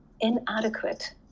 inadequate